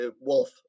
Wolf